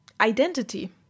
identity